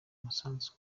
umusanzu